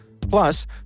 Plus